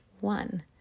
one